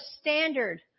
standard